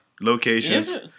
locations